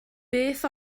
beth